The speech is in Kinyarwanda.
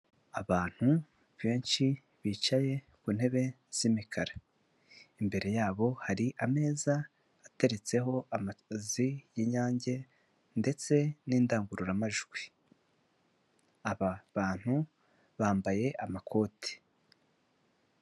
Abantu benshi bicaye ku ntebe z'imikara, imbere yabo hari ameza ateretseho amazi y'inyange ndetse n'indangururamajwi, aba bantu bambaye amakoti.